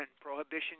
prohibition